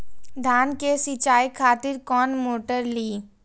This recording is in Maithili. धान के सीचाई खातिर कोन मोटर ली?